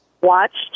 watched